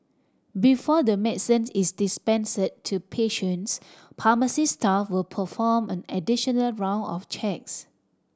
before the medicine is dispensed to patients pharmacy staff will perform an additional round of checks